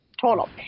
total